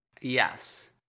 Yes